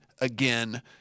again